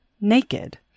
naked